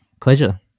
pleasure